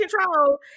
control